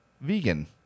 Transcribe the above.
vegan